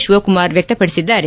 ಶಿವಕುಮಾರ್ ವ್ಯಕ್ತಪಡಿಸಿದ್ದಾರೆ